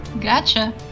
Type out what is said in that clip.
Gotcha